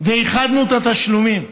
איחדנו את התשלומים,